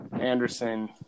Anderson